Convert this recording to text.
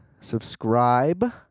subscribe